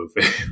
movie